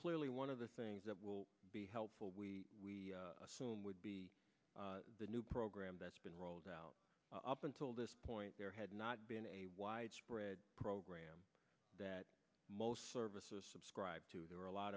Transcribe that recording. clearly one of the things that will be helpful we assume would be the new program that's been rolled out up until this point there had not been a widespread program that most services subscribe to there are a lot